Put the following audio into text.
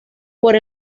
por